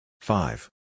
Five